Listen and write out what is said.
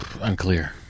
Unclear